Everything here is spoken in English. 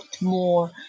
more